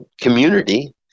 community